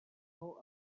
aho